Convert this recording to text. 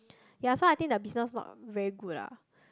ya so I think the business not very good ah